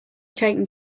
taken